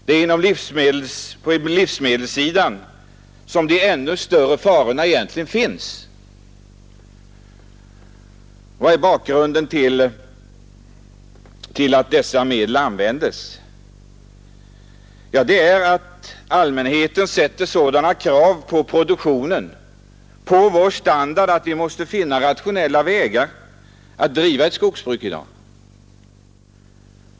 Det är inom livsmedelsproduktionen som de ännu större farorna finns. Vad är bakgrunden till att dessa medel används? Jo, allmänheten ställer sådana krav på levnadsstandard att vi måste finna rationella vägar att driva ett skogsbruk.